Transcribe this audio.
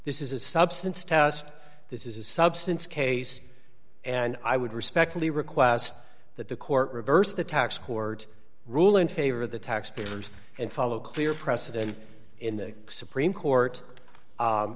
this is a substance test this is a substance case and i would respectfully request that the court reverse the tax court rule in favor of the taxpayers and follow clear precedent in the supreme court